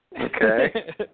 Okay